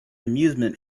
amusement